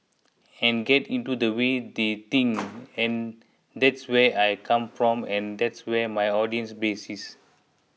and get into the way they think and that's where I come from and that's where my audience base is